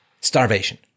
Starvation